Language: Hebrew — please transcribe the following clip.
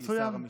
מצוין.